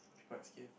basket